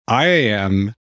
IAM